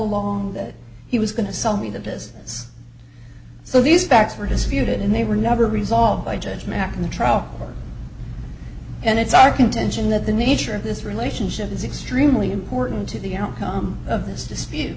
along that he was going to sell me that this is so these facts were disputed and they were never resolved by judge mack in the trial and it's our contention that the nature of this relationship is extremely important to the outcome of this dispute